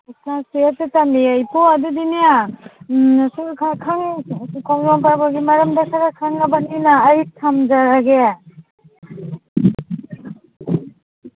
class ꯇꯨꯌꯦꯜꯞꯇ ꯇꯝꯃꯤꯌꯦ ꯏꯄꯨ ꯑꯗꯨꯗꯨꯅꯦ ꯁꯨꯝ ꯈꯔ ꯈꯣꯡꯖꯣꯝ ꯄ꯭ꯔꯕꯒꯤ ꯃꯔꯝꯗ ꯈꯔ ꯈꯪꯂꯕꯅꯤꯅ ꯑꯩ ꯊꯝꯖꯔꯒꯦ